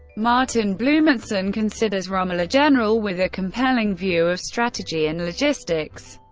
martin blumenson considers rommel a general with a compelling view of strategy and logistics,